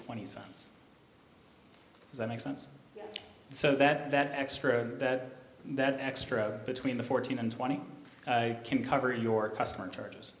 cents does that make sense so that that extra that that extra between the fourteen and twenty can cover your customer charges